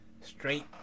straight